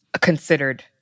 considered